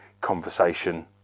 conversation